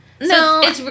No